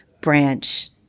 branch